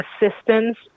assistance